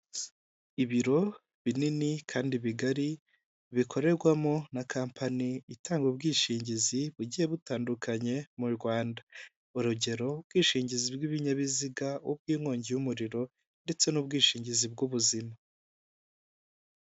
Ibiro binini kandi bigari bikorerwamo na kampani itanga ubwishingizi bugiye butandukanye mu Rwanda, urugero ubwishingizi bw'ibinyabiziga, ubw'inkongi y'umuriro ndetse n'ubwishingizi bw'ubuzima.